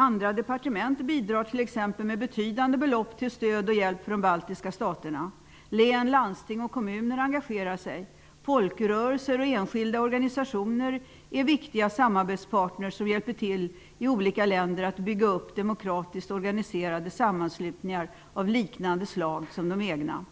Andra departement bidrar exempelvis med betydande belopp till stöd och hjälp för de baltiska staterna. Län, landsting och kommuner engagerar sig. Folkrörelser och enskilda organisationer är viktiga samarbetspartner som hjälper till att i olika länder bygga upp demokratiskt organiserade sammanslutningar av liknande slag som den egna.